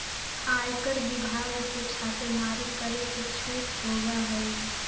आयकर विभाग के छापेमारी करे के छूट होबा हई